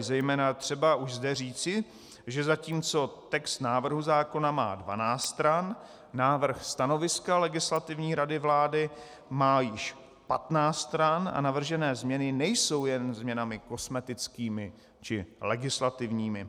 Zejména je třeba už zde říci, že zatímco text návrhu zákona má 12 stran, návrh stanoviska Legislativní rady vlády má již 15 stran a navržené změny nejsou jen změnami kosmetickými či legislativními.